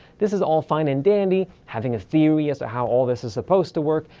this is all fine and dandy, having a theory as to how all this is supposed to work,